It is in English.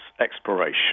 exploration